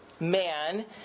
man